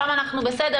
שם אנחנו בסדר,